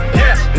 yes